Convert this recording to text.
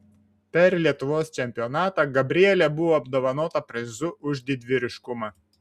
per lietuvos čempionatą gabrielė buvo apdovanota prizu už didvyriškumą